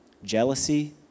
Jealousy